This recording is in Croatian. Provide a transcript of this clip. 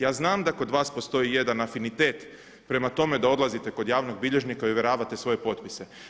Ja znam da kod vas postoji jedan afinitet prema tome da odlazite kod javnog bilježnika i ovjeravate svoje potpise.